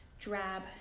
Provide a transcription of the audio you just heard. drab